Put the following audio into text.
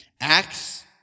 Acts